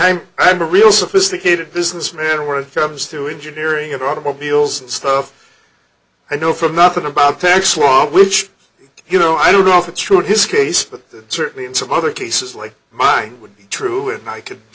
say i'm a real sophisticated businessman worth arabs through engineering of automobiles and stuff i know from nothing about tax law which you know i don't know if it's true of this case but certainly in some other cases like mine would be true and i could